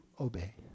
obey